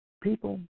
People